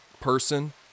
person